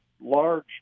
large